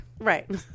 right